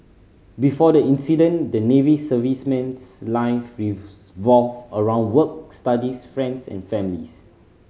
before the incident the Navy serviceman's life around work studies friends and families